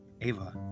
Ava